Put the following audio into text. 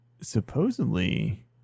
supposedly